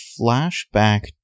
flashback